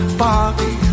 party